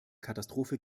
katastrophe